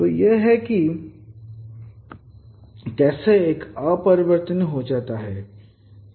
तो यह है कि यह कैसे एक अपरिवर्तनीय हो जाता है